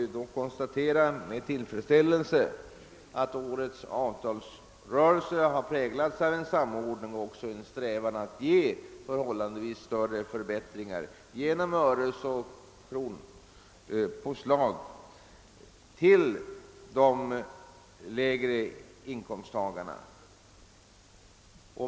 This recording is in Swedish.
Ur den synpunkten måste man med tillfredsställelse konstatera att årets avtalsrörelse präglades av samordning och av en strävan att genom öresoch kronpåslag ge en förhållandevis större för bättring åt de lägre inkomsttagarna.